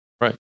Right